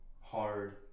hard